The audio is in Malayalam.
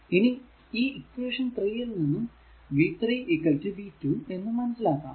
ഇനി ഇക്വേഷൻ 3 യിൽ നിന്നും v 3 v 2 എന്ന് മനസിലാക്കാം